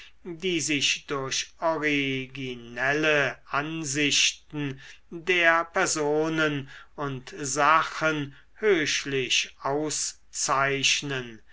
die sich durch originelle ansichten der personen und sachen höchlich auszeichnen